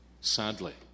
Sadly